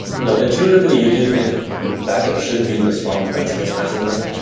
you know intuitively, you do think backup should be the strong defense against ransomware,